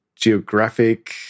geographic